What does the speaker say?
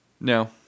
No